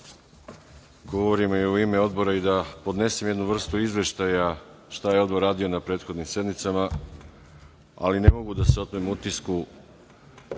govorim u ime Odbora i da podnesem jednu vrstu izveštaja šta je Odbor radio na prethodnim sednicama, ali ne mogu da se otmem utisku